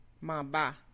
Mamba